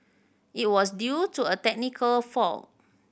it was due to a technical fault